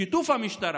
בשיתוף המשטרה.